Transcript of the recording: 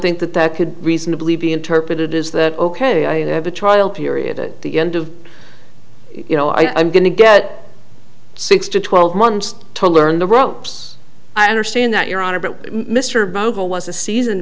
think that that could reasonably be interpreted is that ok i have a trial period at the end of you know i'm going to get six to twelve months to learn the ropes i understand that your honor but mr mogul was a season